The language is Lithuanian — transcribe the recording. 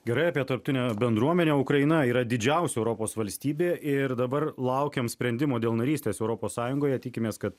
gerai apie tarptautinę bendruomenę ukraina yra didžiausia europos valstybė ir dabar laukiam sprendimo dėl narystės europos sąjungoje tikimės kad